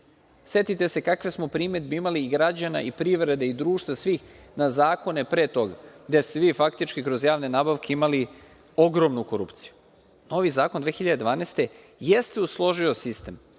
Setite se kakve smo primedbe imali i građana i privrede i društva, svih, na zakone pre toga, gde ste vi praktično kroz javne nabavke imali ogromnu korupciju. Novi zakon 2012. godine jeste usložio sistem,